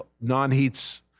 non-heats